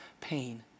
pain